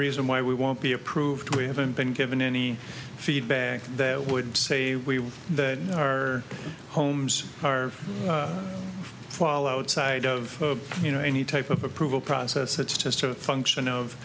reason why we won't be approved we haven't been given any feedback that would say we that our homes are fall outside of you know any type of approval process it's just a function of